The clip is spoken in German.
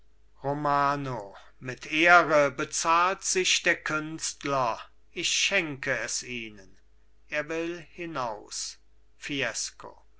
romano mit ehre bezahlt sich der künstler ich schenke es ihnen er will hinaus fiesco